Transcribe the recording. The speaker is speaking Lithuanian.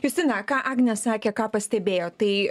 justina ką agnė sekė ką pastebėjo tai